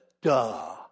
Duh